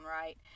right